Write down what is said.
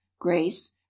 grace